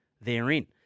therein